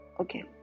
okay